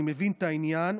אני מבין את העניין.